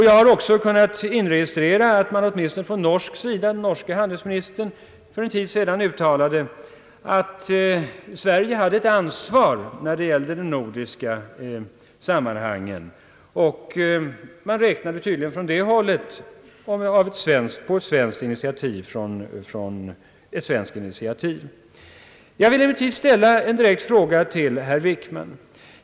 Jag har också kunnat inregistrera att den norske handelsministern för en tid sedan uttalat att Sverige har ett ansvar när det gäller de nordiska sammanhangen. Man räknade tydligen från det hållet på ett svenskt initiativ. Jag vill emellertid ställa en direkt fråga till herr Wickman.